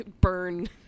burn